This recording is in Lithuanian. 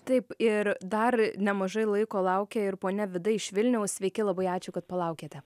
taip ir dar nemažai laiko laukia ir ponia vida iš vilniaus sveiki labai ačiū kad palaukėte